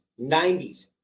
90s